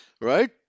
Right